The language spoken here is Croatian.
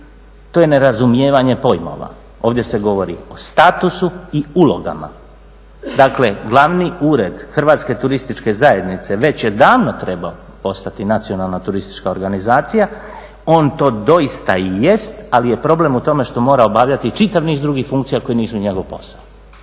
To je nerazumijevanje pojmova. Ovdje se govori o statusu i ulogama. Dakle, glavni ured Hrvatske turističke zajednice već je davno trebao postati nacionalna turistička organizacija. On to doista i jest, ali je problem u tome što mora obavljati čitav niz drugih funkcija koje nisu njegov posao.